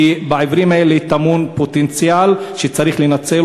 כי בעיוורים האלה טמון פוטנציאל שצריך לנצל